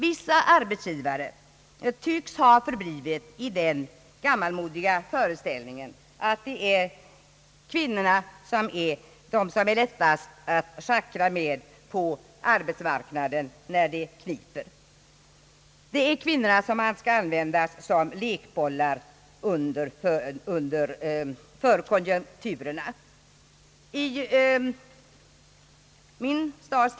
Vissa arbetsgivare tycks ha förblivit i den gammalmodiga föreställningen att det är kvinnorna som det är lättast att schackra med på arbetsmarknaden, när det kniper. Det är kvinnorna som man skall använda som lekbollar för konjunkturerna.